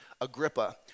Agrippa